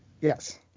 Yes